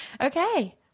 Okay